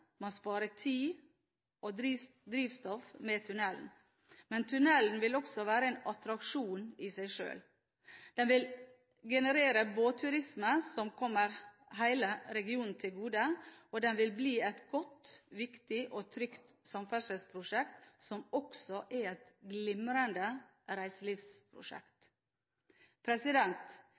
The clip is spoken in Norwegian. man sparer tid og drivstoff med tunnelen. Men tunnelen vil også være en attraksjon i seg sjøl. Den vil generere båtturisme som kommer hele regionen til gode. Den vil bli et godt, viktig og trygt samferdselsprosjekt som også er et glimrende